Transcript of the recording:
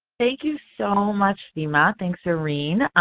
thank you so much, sima. thanks, zerreen.